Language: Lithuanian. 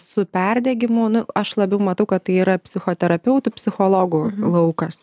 su perdegimu nu aš labiau matau kad tai yra psichoterapeutų psichologų laukas